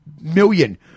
million